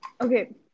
Okay